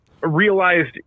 realized